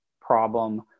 problem